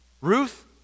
Ruth